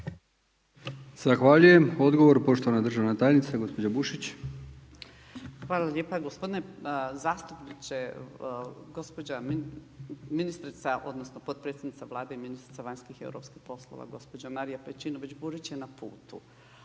Zahvaljujem. Odgovor, poštovana državna tajnica gospođa Bušić. **Bušić, Zdravka (HDZ)** Hvala lijepa. Gospodine zastupniče, gospođa ministrica, odnosno potpredsjednica Vlade i ministrica vanjskih i europskih poslova gospođa Marija Pejčinović Burić je na putu.